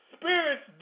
Spirits